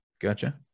Gotcha